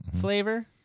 flavor